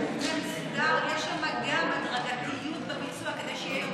ישבתי עם הגורמים המקצועיים, פסיכיאטריה,